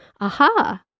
aha